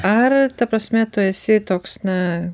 ar ta prasme tu esi toks na